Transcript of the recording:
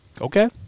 Okay